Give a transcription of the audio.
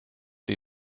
die